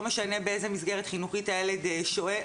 לא משנה באיזה מסגרת חינוכית הילד שוהה,